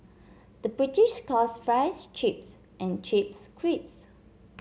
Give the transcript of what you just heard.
the British calls fries chips and chips cripes